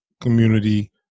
community